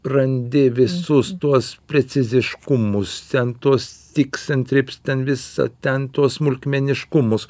randi visus tuos preciziškumus ten tuos stiks end trips ten visa ten tuos smulkmeniškumus